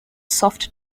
soft